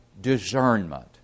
discernment